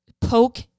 poke